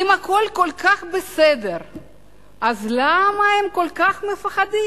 אם הכול כל כך בסדר, אז למה הם כל כך מפחדים?